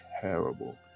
terrible